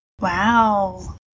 Wow